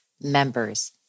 members